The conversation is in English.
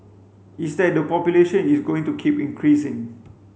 it's that the population is going to keep increasing